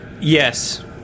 Yes